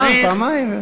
פעם, פעמיים.